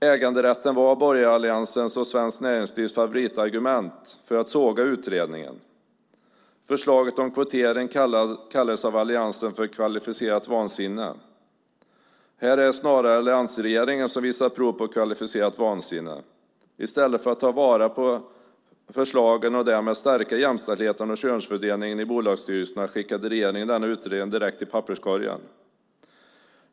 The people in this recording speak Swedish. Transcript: Äganderätten var borgaralliansens och Svenskt Näringslivs favoritargument för att såga utredningen. Förslaget om kvotering kallades av Alliansen för kvalificerat vansinne. Här är det snarare alliansregeringen som visar prov på kvalificerat vansinne. I stället för att ta vara på förslagen och därmed stärka jämställdheten och könsfördelningen i bolagsstyrelserna skickade regeringen denna utredning direkt i papperskorgen.